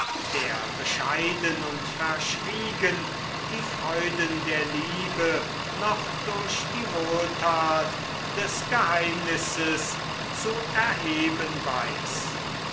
der bescheiden und verschwiegen die freuden der liebe noch durch die wohltat des geheimnisses zu erheben weiß